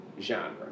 genre